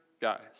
guys